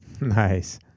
Nice